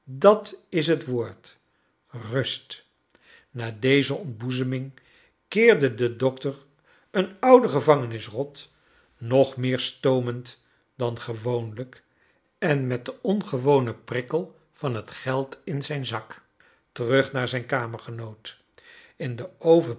dat is het woord rust na deze ontboezeming keerde de dokter een oude gevangenisrofc nog meer stoomend dan gewoon'ijk en met den ongewonen prikkel van het geld in zijn zak terug naar zijn kainergenoot in den